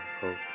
hope